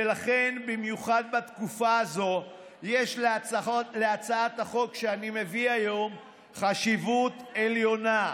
ולכן במיוחד בתקופה הזאת יש להצעת החוק שאני מביא היום חשיבות עליונה.